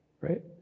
right